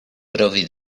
provi